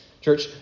Church